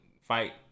fight